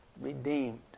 redeemed